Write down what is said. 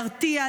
להרתיע,